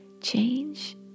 change